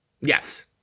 Yes